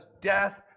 death